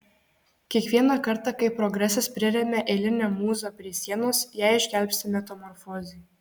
kiekvieną kartą kai progresas priremia eilinę mūzą prie sienos ją išgelbsti metamorfozė